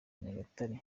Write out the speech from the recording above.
nyagatare